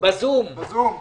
זה נושא מאוד חשוב.